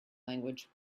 language